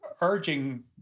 urging